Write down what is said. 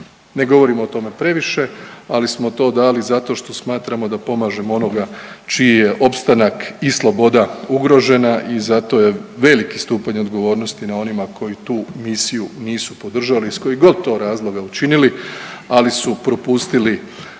Ne govorimo o tome previše, ali smo to dali zato što smatramo da pomažemo onoga čiji je opstanak i sloboda ugrožena i zato je veliki stupanj odgovornosti na onima koji tu misiju nisu podržali iz kojih god to razloga učinili, ali su propustili